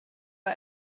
bei